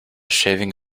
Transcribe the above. shaving